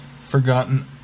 forgotten